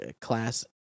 class